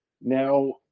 now